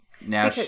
now